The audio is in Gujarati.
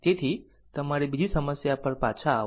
તેથી તમારી બીજી સમસ્યા પર પાછા આવો